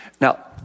Now